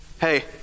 hey